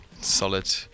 solid